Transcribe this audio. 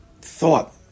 thought